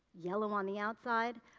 yellow on the outside,